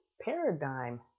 paradigm